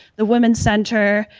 the women's center,